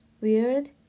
weird